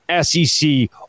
SEC